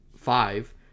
five